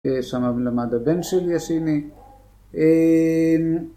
שמה למד הבן שלי השני